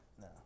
No